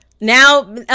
Now